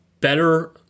better